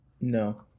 no